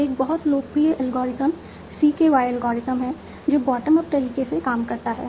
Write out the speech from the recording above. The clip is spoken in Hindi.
तो एक बहुत लोकप्रिय एल्गोरिथ्म CKY एल्गोरिथ्म है जो बॉटम अप तरीके से काम करता है